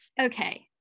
okay